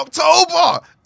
October